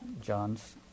John's